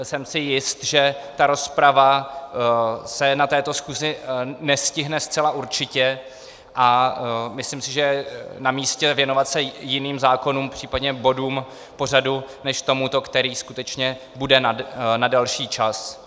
Jsem si jist, že ta rozprava se na této schůzi nestihne zcela určitě, a myslím si, že je namístě se věnovat jiným zákonům, případně bodům pořadu než tomuto, který skutečně bude na delší čas.